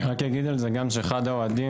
אני רק אגיד על זה שאחד האוהדים,